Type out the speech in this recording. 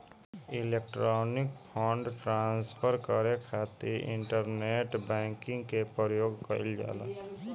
electronic fund transfer करे खातिर internet banking के प्रयोग कईल जाला